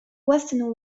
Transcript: western